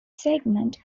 segment